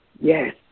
Yes